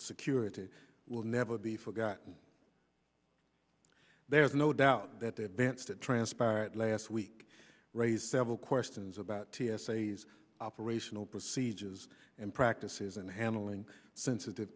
security will never be forgotten there's no doubt that the events that transpired last week raised several questions about t s a has operational procedures and practices and handling sensitive